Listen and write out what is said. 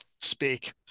speak